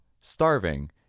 starving